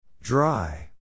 Dry